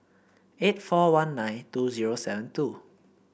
eight four one nine two zero seven two